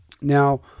Now